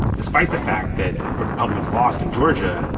despite the fact that republicans lost in georgia,